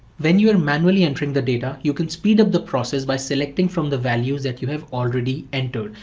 when you are manually entering the data, you can speed up the process by selecting from the values that you have already entered.